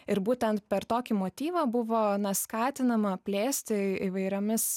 ir būtent per tokį motyvą buvo skatinama plėsti įvairiomis